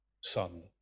son